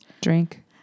Drink